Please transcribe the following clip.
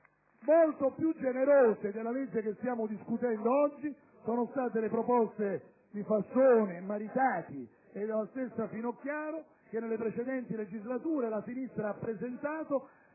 Molto più generose del provvedimento in discussione oggi sono state le proposte di Fassone, Maritati e della stessa Finocchiaro, che nelle precedenti legislature la sinistra ha presentato